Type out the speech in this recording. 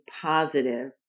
positive